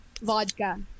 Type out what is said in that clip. vodka